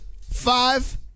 Five